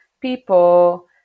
people